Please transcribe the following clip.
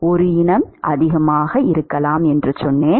ஒரு இனம் அதிகமாக இருக்கலாம் என்று சொன்னேன்